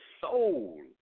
soul